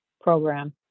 program